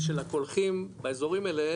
הקולחין באזורים האלה